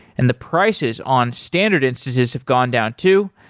and the prices on standard instances have gone down too.